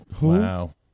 Wow